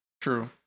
True